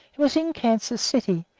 it was in kansas city,